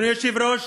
אדוני היושב-ראש,